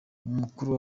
umukuru